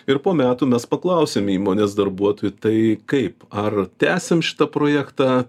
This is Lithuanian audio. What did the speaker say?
ir po metų mes paklausėm įmonės darbuotojų tai kaip ar tęsiam šitą projektą